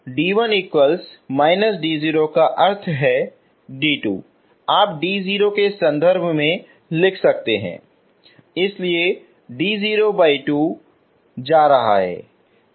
d1−d0 का अर्थ है d2 आप d0 के संदर्भ में लिख सकते हैं इसलिए यह d02 जा रहा है